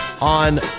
on